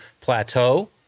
plateau